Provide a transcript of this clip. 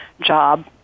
job